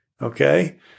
Okay